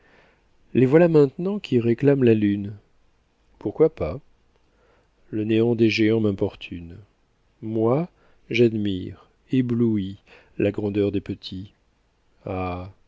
les voilà maintenant qui réclament la lune pourquoi pas le néant des géants m'importune moi j'admire ébloui la grandeur des petits ah